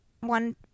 one